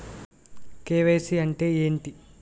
KYC అంటే ఏంటి?